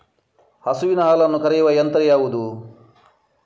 ಹಸುವಿನ ಹಾಲನ್ನು ಕರೆಯುವ ಯಂತ್ರ ಯಾವುದು?